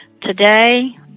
Today